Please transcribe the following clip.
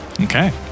Okay